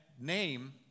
name